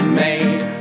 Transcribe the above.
made